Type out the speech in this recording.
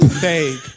Fake